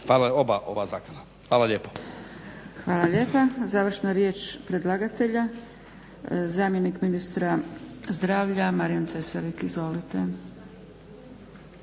Hvala lijepo. **Zgrebec, Dragica (SDP)** Hvala lijepa. Završna riječ predlagatelja, zamjenik ministra zdravlja Marijan Cesarik izvolite.